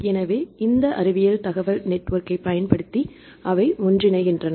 எனவே இந்த அறிவியல் தகவல் நெட்ஒர்க்கைப் பயன்படுத்தி அவை ஒன்றிணைகின்றன